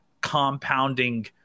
compounding